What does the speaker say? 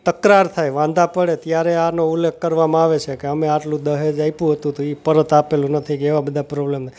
તકરાર થાય વાંધા પડે ત્યારે આનો ઉલ્લેખ કરવામાં આવે છે કે અમે આટલું દહેજ આપ્યું હતું તો તો એ પરત આપેલું નથી કે એવા બધા પ્રોબ્લેમ થાય